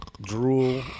drool